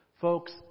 Folks